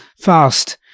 fast